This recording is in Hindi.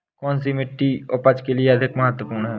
कौन सी मिट्टी उपज के लिए अधिक महत्वपूर्ण है?